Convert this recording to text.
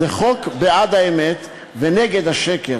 זה חוק בעד האמת ונגד השקר".